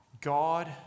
God